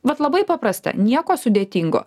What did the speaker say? vat labai paprasta nieko sudėtingo